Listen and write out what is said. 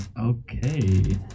Okay